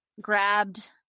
grabbed